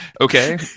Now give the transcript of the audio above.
okay